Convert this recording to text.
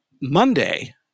Monday